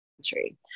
country